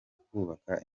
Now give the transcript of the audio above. kubaka